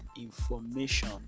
information